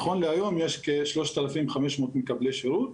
נכון להיום יש כ-3,500 מקבלי שירות